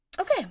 okay